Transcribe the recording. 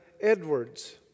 Edwards